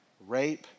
rape